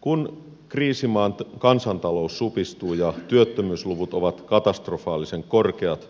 kun kriisimaan kansantalous supistuu ja työttömyysluvut ovat katastrofaalisen korkeat